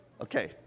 Okay